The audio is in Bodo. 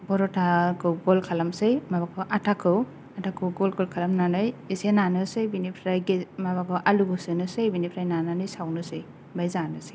फर'थाखौ गल खालामसै माबाखौ आथाखौ आथाखौ गल गल खालामनानै एसे नानोसै बेनिफ्राय आलुखौ सोनोसै बेनिफ्राय नानानै सावनोसै ओमफ्राय जानोसै